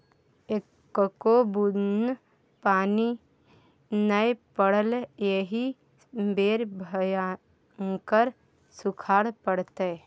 एक्को बुन्न पानि नै पड़लै एहि बेर भयंकर सूखाड़ पड़तै